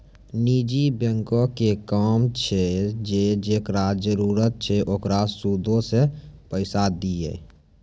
निजी बैंको के काम छै जे जेकरा जरुरत छै ओकरा सूदो पे पैसा दिये